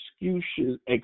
excuses